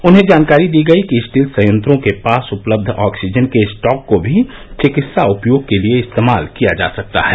उन्हें जानकारी दी गई कि स्टील संयंत्रों के पास उपलब्ध ऑक्सीजन के स्टॉक को भी चिकित्सा उपयोग के लिए इस्तेमाल किया जा सकता है